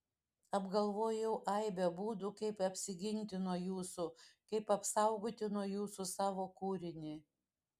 apgalvojau aibę būdų kaip apsiginti nuo jūsų kaip apsaugoti nuo jūsų savo kūrinį